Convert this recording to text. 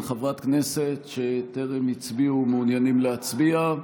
חברת כנסת שטרם הצביעו ומעוניינים להצביע?